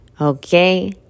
Okay